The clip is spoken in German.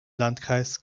landkreis